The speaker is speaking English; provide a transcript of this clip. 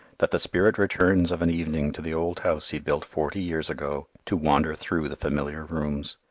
that the spirit returns of an evening to the old house he built forty years ago, to wander through the familiar rooms.